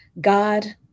God